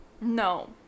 no